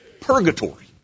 purgatory